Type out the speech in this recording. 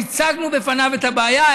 והצגנו לפניו את הבעיה.